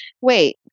wait